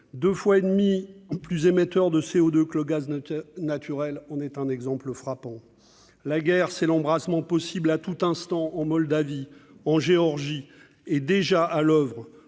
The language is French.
2,5 fois plus émetteur de CO2 que le gaz naturel, en est un exemple frappant. La guerre, c'est l'embrasement possible à tout instant en Moldavie, en Géorgie ; il est déjà à l'oeuvre